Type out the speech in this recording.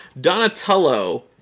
Donatello